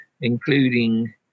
including